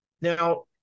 Now